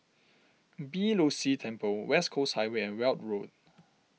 Beeh Low See Temple West Coast Highway and Weld Road